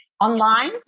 online